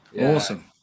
awesome